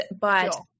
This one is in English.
but-